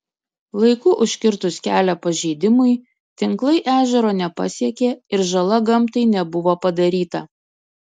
laiku užkirtus kelią pažeidimui tinklai ežero nepasiekė ir žala gamtai nebuvo padaryta